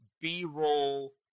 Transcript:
B-roll